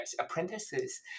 apprentices